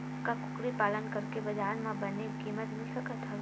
का कुकरी पालन करके बजार म बने किमत मिल सकत हवय?